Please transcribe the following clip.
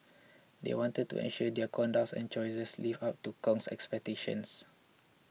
they wanted to ensure their conducts and choices lived up to Kong's expectations